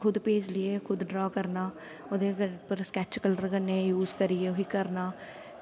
खुद पेज़ लेइयै खुद ड्रा करना ओह्दे पर स्कैच कलर करने यूस करियै फ्ही करना